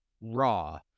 raw